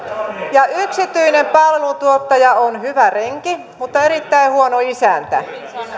ja yksityinen palveluntuottaja on hyvä renki mutta erittäin huono isäntä